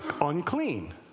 unclean